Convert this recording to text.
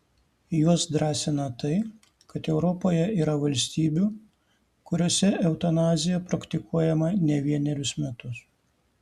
juos drąsina tai kad europoje yra valstybių kuriose eutanazija praktikuojama ne vienerius metus